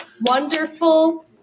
Wonderful